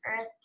earth